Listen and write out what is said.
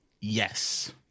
Yes